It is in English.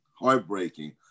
heartbreaking